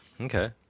Okay